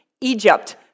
Egypt